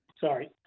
sorry